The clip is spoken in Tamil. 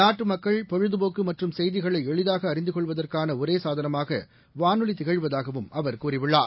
நாட்டுமக்கள் பொழுதுபோக்குமற்றும் செய்திகளைஎளிதாகஅறிந்துகொள்வதற்கானஒரேசாதனமாகவானொலிதிகழ்வதாகவும் அவர் கூறியுள்ளார்